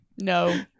No